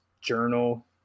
journal